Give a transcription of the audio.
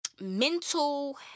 mental